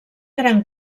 gran